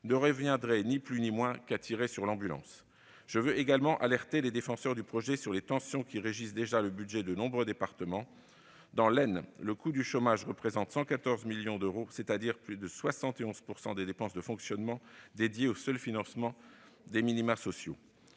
reviendrait, ni plus ni moins, à tirer sur l'ambulance. Je veux également alerter les défenseurs du projet sur les tensions qui affectent déjà le budget de nombreux départements. Dans l'Aisne, le coût du chômage atteint 114 millions d'euros : plus de 71 % des dépenses de fonctionnement sont dédiées au seul financement des minima sociaux.